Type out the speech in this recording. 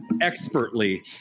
expertly